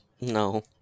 No